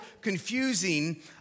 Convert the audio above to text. confusing